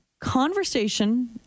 conversation